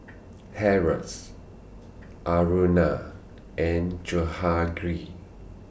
Haresh Aruna and Jahangir